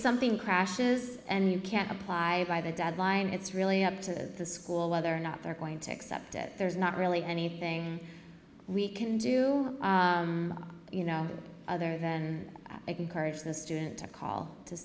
something crashes and you can't apply by the deadline it's really up to the school whether or not they're going to accept it there's not really anything we can do you know other than they can courage the student to call to